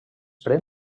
pren